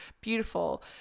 beautiful